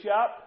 up